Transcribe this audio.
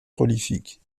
prolifique